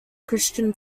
christian